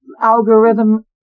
algorithm